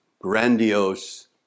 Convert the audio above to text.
grandiose